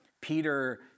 Peter